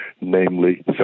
namely